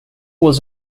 was